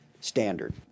standard